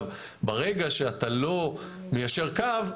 ברגע שאתה לא מיישר קו,